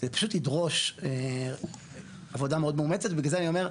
זה פשוט ידרוש עבודה מאוד מאומצת ובגלל זה אני אומר,